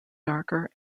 darker